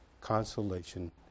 consolation